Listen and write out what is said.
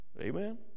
amen